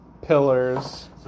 Pillars